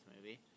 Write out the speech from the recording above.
movie